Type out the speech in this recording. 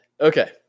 Okay